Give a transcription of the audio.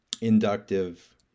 inductive